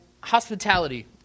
Hospitality